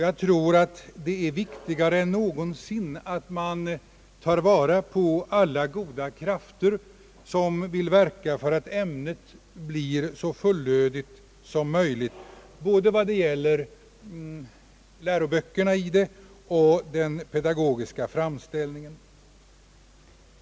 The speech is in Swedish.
Jag tror att det är viktigare än någonsin att man tar vara på alla goda krafter som vill verka för att ämnet blir så fullödigt som möjligt, båda vad gäller läroböcker och den pedagogiska framställningen.